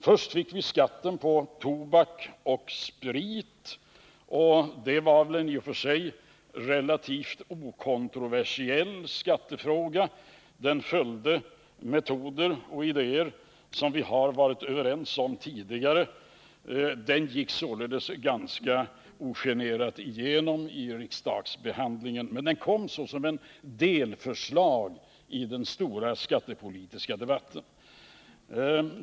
Först fick vi skattehöjningen på tobak och sprit. Det var väl i och för sig en relativt okontroversiell skattefråga. Den följde metoder och idéer som vi har varit överens om tidigare. Den gick således ganska ogenerat igenom i riksdagsbehandlingen. Men den kom såsom ett delförslag i den stora skattepolitiska debatten.